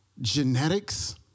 Genetics